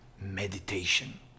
meditation